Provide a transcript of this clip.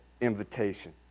invitation